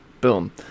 Boom